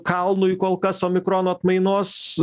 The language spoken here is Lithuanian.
kalnui kol kas omikrono atmainos